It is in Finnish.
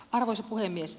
arvoisa puhemies